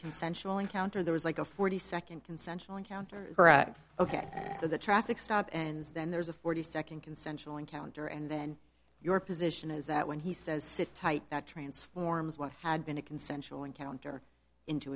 consensual encounter there was like a forty second consensual encounter ok so the traffic stop and then there's a forty second consensual encounter and then your position is that when he says sit tight that transforms what had been a consensual encounter into